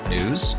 News